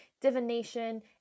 divination